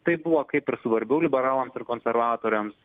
tai buvo kaip ir svarbiau liberalams ir konservatoriams